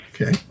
Okay